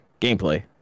gameplay